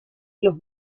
los